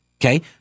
Okay